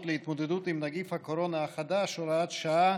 להתמודדות עם נגיף הקורונה החדש (הוראת שעה)